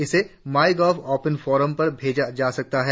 इसे MyGov open forum पर भेजा जा सकता है